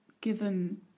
given